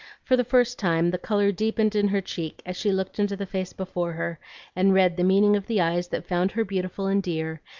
for the first time the color deepened in her cheek as she looked into the face before her and read the meaning of the eyes that found her beautiful and dear,